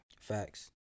Facts